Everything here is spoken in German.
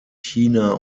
china